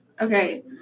Okay